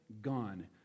gone